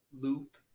loop